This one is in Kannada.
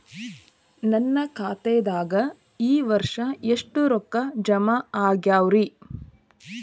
ನನ್ನ ಖಾತೆದಾಗ ಈ ವರ್ಷ ಎಷ್ಟು ರೊಕ್ಕ ಜಮಾ ಆಗ್ಯಾವರಿ?